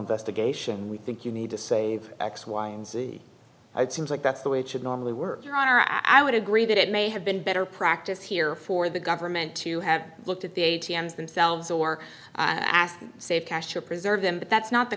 investigation we think you need to save x y and z it seems like that's the way it should normally work your honor i would agree that it may have been better practice here for the government to have looked at the a t m s themselves or asked to save cash or preserve them but that's not the